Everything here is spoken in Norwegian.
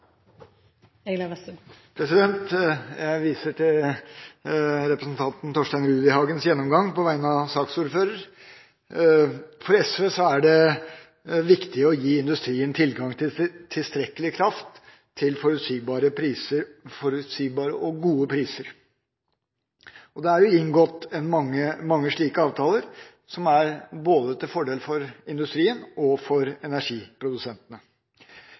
vegne av sakens ordfører. For SV er det viktig å gi industrien tilgang til tilstrekkelig kraft, til forutsigbare og gode priser. Det er inngått mange slike avtaler som er til fordel for både industrien og energiprodusentene. Samtidig er det viktig for